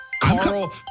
Carl